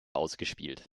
ausgespielt